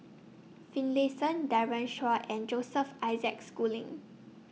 Finlayson Daren Shiau and Joseph Isaac Schooling